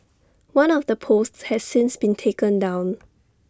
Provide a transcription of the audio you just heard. one of the posts has since been taken down